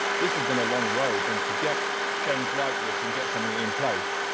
this has been a long road and to get change like this and get something in place,